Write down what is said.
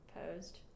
posed